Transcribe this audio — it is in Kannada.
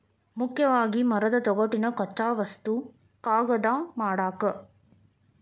ಮುಖ್ಯವಾಗಿ ಮರದ ತೊಗಟಿನ ಕಚ್ಚಾ ವಸ್ತು ಕಾಗದಾ ಮಾಡಾಕ